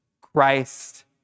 Christ